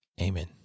Amen